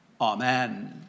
Amen